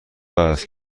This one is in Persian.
است